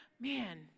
man